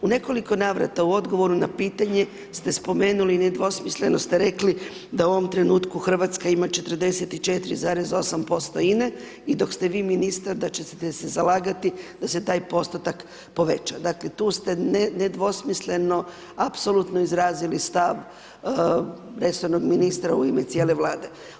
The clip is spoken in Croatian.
U nekoliko navrata u odgovoru na pitanje ste spomenuli nedvosmisleno ste rekli, da u ovom trenutku Hrvatska ima 44,8% INE i dok ste vi ministar da ćete se zalagati da se taj postotak poveća, dakle tu ste nedvosmisleno apsolutno izrazili stav resornog ministra u ime cijele Vlade.